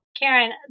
Karen